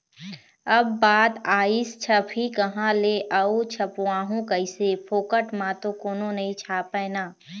अब बात आइस छपही काँहा ले अऊ छपवाहूँ कइसे, फोकट म तो कोनो नइ छापय ना